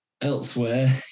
Elsewhere